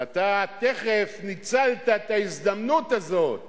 ואתה תיכף ניצלת את ההזדמנות הזאת